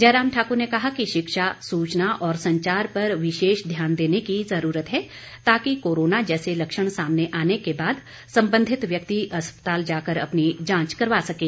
जयराम ठाकुर ने कहा कि शिक्षा सूचना और संचार पर विशेष ध्यान देने की ज़रूरत है ताकि कोरोना जैसे लक्षण सामने आने के बाद संबंधित व्यक्ति अस्पताल जाकर अपनी जांच करवा सकें